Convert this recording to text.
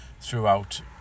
Throughout